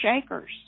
shakers